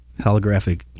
Holographic